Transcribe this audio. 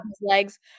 legs